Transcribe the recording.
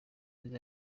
nziza